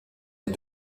les